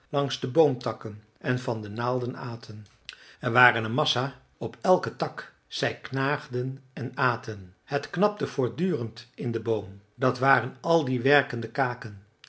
langs de boomtakken en van de naalden aten er waren een massa op elken tak zij knaagden en aten het knapte voortdurend in den boom dat waren al die werkende kaken